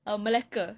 um malacca